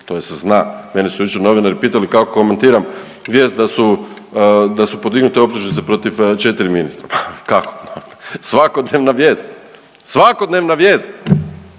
to se zna. Mene su jučer novinari pitali kako komentiram vijest da su, da su podignute optužnice protiv 4 ministra, pa kako, svakodnevna vijest, svakodnevna vijest